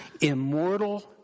immortal